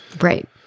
Right